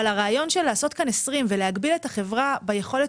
אבל הרעיון לעשות כאן 20 ולהגביל את החברה ביכולת